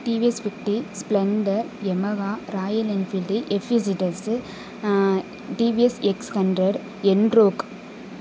TVS fifty Splendor Yamaha Royal Enfield FEST takes TVS X hundred Ntorq